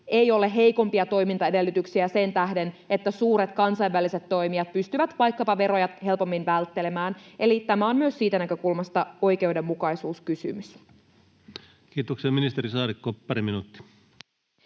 ei ole heikompia toimintaedellytyksiä sen tähden, että suuret kansainväliset toimijat pystyvät vaikkapa veroja helpommin välttelemään. Eli tämä on myös siitä näkökulmasta oikeudenmukaisuuskysymys. [Speech 151] Speaker: Ensimmäinen